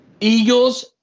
Eagles